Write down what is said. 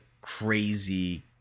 crazy